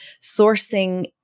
sourcing